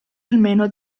almeno